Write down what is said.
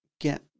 get